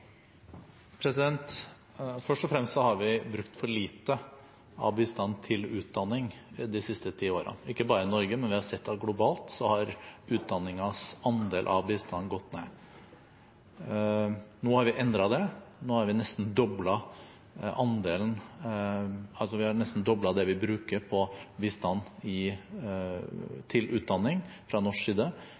Først og fremst har vi brukt for lite av bistanden på utdanning de siste ti årene, ikke bare Norge – vi har sett at globalt har utdanningens andel av bistanden gått ned. Nå har vi endret det. Vi har fra norsk side nesten doblet bistanden til utdanning i løpet av to og et halvt år, og ikke minst til jenter. Det er fortsatt 60 millioner barn i